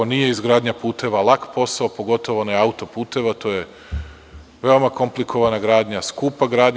Nije izgradnja puteva lak posao, pogotovo ne autoputeva, to je veoma komplikovana gradnja, skupa gradnja.